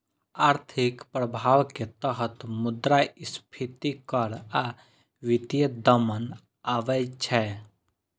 आर्थिक प्रभाव के तहत मुद्रास्फीति कर आ वित्तीय दमन आबै छै